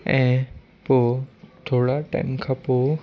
ऐं पोइ थोरा टाईम खां पोइ